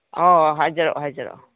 ꯑꯣ ꯍꯥꯏꯖꯔꯛꯑꯣ ꯍꯥꯏꯖꯔꯛꯑꯣ